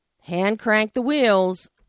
hand-crank-the-wheels